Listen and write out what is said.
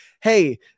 Hey